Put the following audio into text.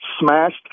smashed